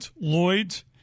lloyds